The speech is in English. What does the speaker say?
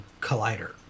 Collider